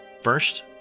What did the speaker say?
First